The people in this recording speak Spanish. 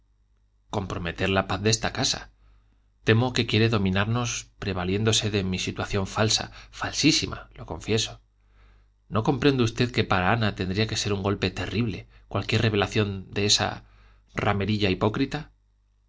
comprometer la paz de esta casa temo que quiere dominarnos prevaliéndose de mi situación falsa falsísima lo confieso no comprende usted que para ana tendría que ser un golpe terrible cualquier revelación de esa ramerilla hipócrita